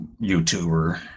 YouTuber